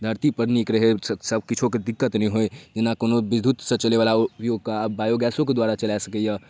धरतीपर नीक रहै सबकिछुके दिक्कत नहि होइ बिना कोनो विद्युतसँ चलैवला उपयोगके आब बायोगैसो द्वारा चला सकैए